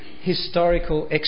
historical